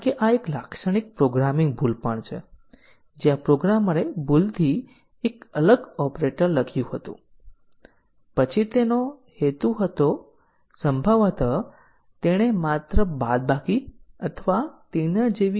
શું તેણે program control flow graph માટે આલેખ વિકસાવવો પડશે અને પછી ટેસ્ટીંગ કેસોની રચના કરવી